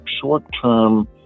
short-term